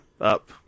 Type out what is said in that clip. up